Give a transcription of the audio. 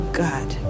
god